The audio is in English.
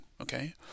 okay